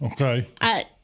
Okay